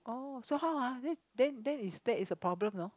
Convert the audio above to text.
oh so how ah then then that's a problem you know